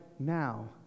now